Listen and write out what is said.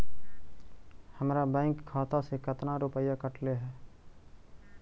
हमरा बैंक खाता से कतना रूपैया कटले है?